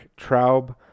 Traub